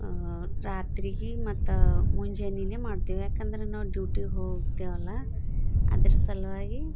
ರಾತ್ರಿಗೆ ಮತ್ತು ಮುಂಜಾನೆನೇ ಮಾಡ್ತೀವಿ ಯಾಕೆಂದ್ರೆ ನಾವು ಡ್ಯುಟಿಗೆ ಹೋಗ್ತೇವಲ್ಲ ಅದರ ಸಲುವಾಗಿ